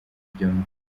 byombi